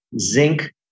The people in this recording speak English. Zinc